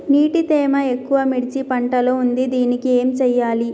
నీటి తేమ ఎక్కువ మిర్చి పంట లో ఉంది దీనికి ఏం చేయాలి?